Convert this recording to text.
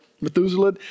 methuselah